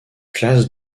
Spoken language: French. classe